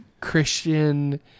Christian